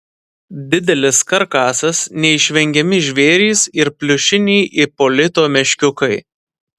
didelis karkasas neišvengiami žvėrys ir pliušiniai ipolito meškiukai